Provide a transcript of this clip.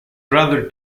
rather